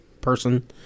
person